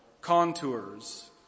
contours